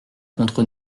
contre